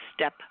step